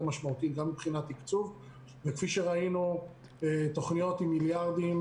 משמעותית גם מבחינת תקצוב כפי שראינו תוכניות עם מיליארדים,